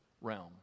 realm